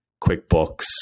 QuickBooks